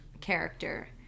character